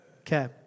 Okay